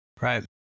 Right